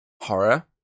horror